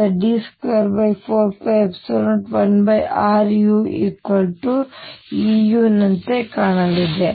ll122mr2u Ze24π01ruEuನಂತೆ ಕಾಣಲಿದೆ